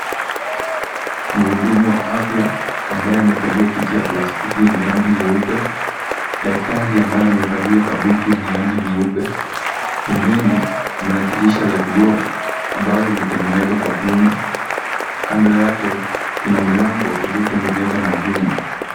Mhudumu wa afya ambaye wamekalia kiti ya plastiki yenye rangi nyeupe. Daktari ambaye amevalia kabuti yenye rangi nyeupe. Pembeni mna dirisha la vioo ambalo limetengenezwa kwa vyuma. Kando yake kuna mlango ulioyengenezwa na vyuma.